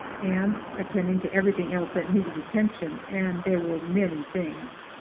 and attending to everything else that needed attention, and there were many things.